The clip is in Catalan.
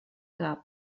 cap